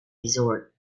resort